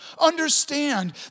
Understand